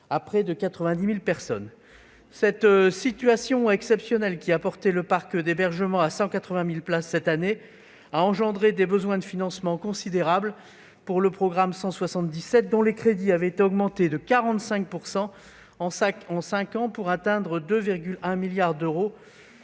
à près de 90 000 personnes. Cette situation exceptionnelle, qui a porté le parc d'hébergement à 180 000 places, a fait naître des besoins de financement considérables pour le programme 177, dont les crédits avaient déjà augmenté de 45 % en cinq ans, pour atteindre 2,1 milliards d'euros,